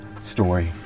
Story